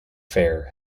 fair